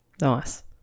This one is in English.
Nice